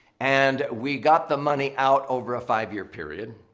and we got the money out over a five year period.